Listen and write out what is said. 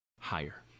higher